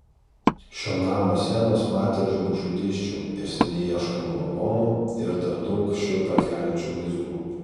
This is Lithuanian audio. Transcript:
šio namo sienos matė ir žmogžudysčių ir seniai ieškomų lavonų ir dar daug šiurpą keliančių vaizdų